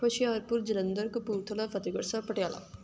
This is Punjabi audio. ਹੁਸ਼ਿਆਰਪੁਰ ਜਲੰਧਰ ਕਪੂਰਥਲਾ ਫਤਿਹਗੜ੍ਹ ਸਾਹਿਬ ਪਟਿਆਲਾ